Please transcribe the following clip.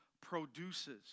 produces